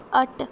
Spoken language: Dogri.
हट्ट